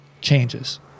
changes